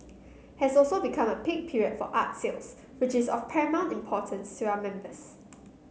has also become a peak period for art sales which is of paramount importance to our members